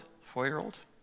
four-year-old